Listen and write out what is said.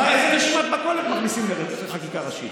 איזו רשימת מכולת מכניסים לחקיקה ראשית?